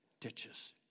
ditches